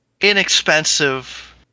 Inexpensive